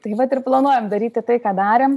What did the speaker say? tai vat ir planuojam daryti tai ką darėm